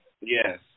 yes